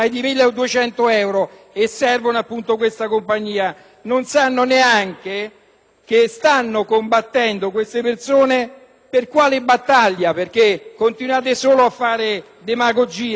stanno combattendo queste persone perché continuate solo a fare demagogia, non sanno dei licenziamenti e delle aberranti condizioni contrattuali che vengono